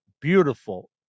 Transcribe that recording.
beautiful